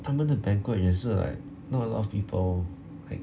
他们的 banquet 也是 like not a lot of people like